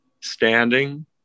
standing